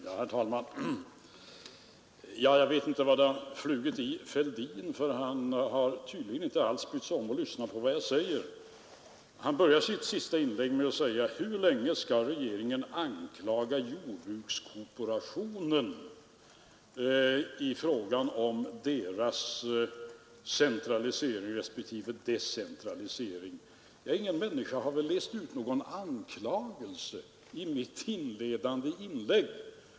Herr talman! Jag vet inte vad som flugit i herr Fälldin; han har tydligen inte alls brytt sig om att lyssna på vad jag sade. Han började sitt senaste inlägg med att fråga: Hur länge skall regeringen anklaga jordbrukskooperationen för dess centralisering? Ingen människa kunde väl utläsa någon anklagelse i mitt inledande inlägg.